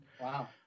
Wow